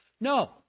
no